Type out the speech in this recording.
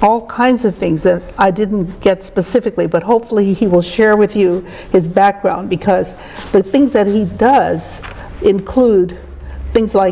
all kinds of things that i didn't get specifically but hopefully he will share with you his background because the things that he does include things like